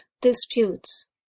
disputes